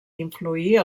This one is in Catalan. influir